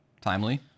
Timely